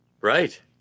Right